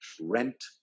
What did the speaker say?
rent